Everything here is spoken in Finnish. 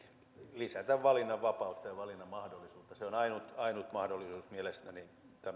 lisätä valinnan vapautta ja valinnan mahdollisuutta se on ainut ainut mahdollisuus mielestäni